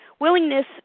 Willingness